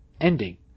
ending